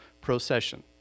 procession